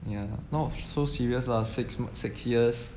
ya not so serious lah six six years